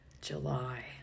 July